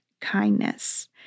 kindness